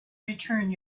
return